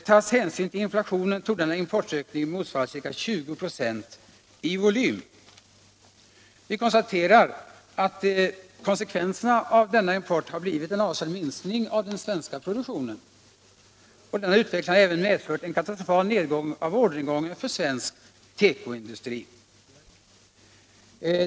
Tas hänsyn till inflationen torde denna importökning motsvara ca 20 96 i volym. Vi konstaterar att konsekvenserna av denna import har blivit en avsevärd minskning av den svenska produktionen och att denna utveckling medfört en katastrofal nedgång av orderingången för svensk tekoindustri.